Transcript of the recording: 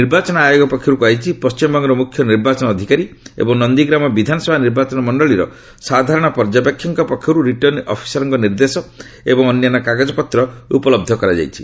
ନିର୍ବାଚନ ଆୟୋଗ ପକ୍ଷରୁ କୁହାଯାଇଛି ପଣ୍ଟିମବଙ୍ଗର ମୁଖ୍ୟ ନିର୍ବାଚନ ଅଧିକାରୀ ଏବଂ ନନ୍ଦୀଗ୍ରାମ ବିଧାନସଭା ନିର୍ବାଚନ ମଣ୍ଡଳୀର ସାଧାରଣ ପର୍ଯ୍ୟବେକ୍ଷକଙ୍କ ପକ୍ଷରୁ ରିଟର୍ଣ୍ଣିଂ ଅଫିସର୍ଙ୍କ ନିର୍ଦ୍ଦେଶ ଏବଂ ଅନ୍ୟାନ୍ୟ କାଗଜପତ୍ର ଉପଲବ୍ଧ କରାଯାଇଛି